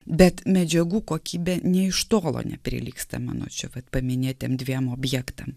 bet medžiagų kokybė nė iš tolo neprilygsta mano čia vat paminėtiem dviem objektam